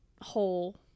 whole